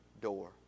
door